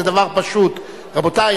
רבותי,